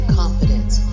confidence